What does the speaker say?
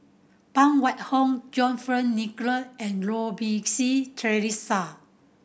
Phan Wait Hong John Fearns Nicoll and Goh Rui Si Theresa